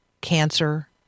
cancer